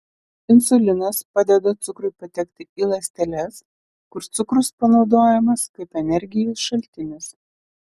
insulinas padeda cukrui patekti į ląsteles kur cukrus panaudojamas kaip energijos šaltinis